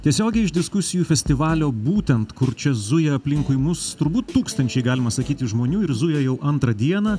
tiesiogiai iš diskusijų festivalio būtent kur čia zuja aplinkui mus turbūt tūkstančiai galima sakyti žmonių ir zuja jau antrą dieną